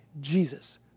Jesus